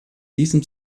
diesem